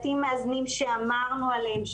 בתים מאזנים שאמרנו עליהם,